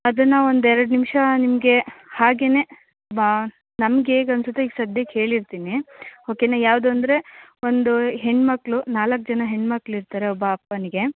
ಅದನ್ನು ಒಂದು ಎರಡು ನಿಮಿಷ ನಿಮಗೆ ಹಾಗೆಯೇ ಬಾ ನಮ್ಗೆ ಹೇಗ್ ಅನಿಸತ್ತೆ ಈಗ ಸದ್ಯಕ್ಕೆ ಹೇಳಿರ್ತೀನಿ ಓಕೆನಾ ಯಾವುದು ಅಂದರೆ ಒಂದು ಹೆಣ್ಣುಮಕ್ಳು ನಾಲ್ಕು ಜನ ಹೆಣ್ಮಕ್ಳು ಇರ್ತಾರೆ ಒಬ್ಬ ಅಪ್ಪನಿಗೆ